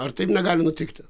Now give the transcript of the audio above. ar taip negali nutikti